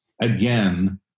again